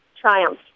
triumph